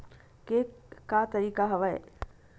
के का तरीका हवय?